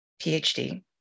PhD